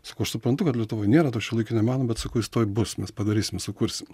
sakau aš suprantu kad lietuvoj nėra to šiuolaikinio meno bet sakau jis tuoj bus mes padarysim sukursim